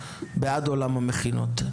בעד עולם המכינות,